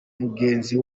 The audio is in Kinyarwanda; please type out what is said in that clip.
mugenzi